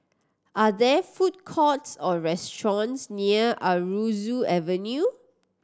are there food courts or restaurants near Aroozoo Avenue